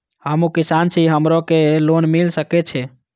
हमू किसान छी हमरो के लोन मिल सके छे?